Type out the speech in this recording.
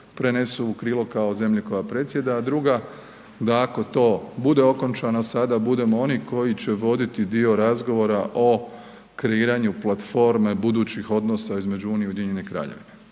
prenesu u krilo kao zemlji koja predsjeda, a druga da ako to bude okončano sada budemo oni koji će voditi dio razgovora o kreiranju platforme budućih odnosa između Unije i Ujedinjene Kraljevine.